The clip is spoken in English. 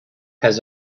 has